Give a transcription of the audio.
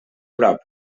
prop